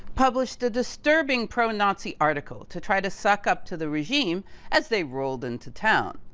published a disturbing pro-nazi article to try to suck up to the regime as they rolled into town.